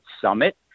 Summit